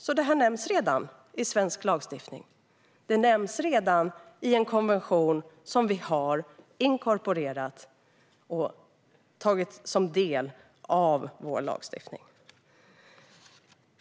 Detta nämns alltså redan i svensk lagstiftning. Det nämns redan i en konvention som vi har inkorporerat och gjort till en del av vår lagstiftning.